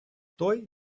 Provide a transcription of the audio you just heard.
той